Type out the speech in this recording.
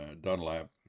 Dunlap